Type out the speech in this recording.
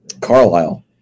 Carlisle